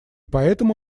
поэтому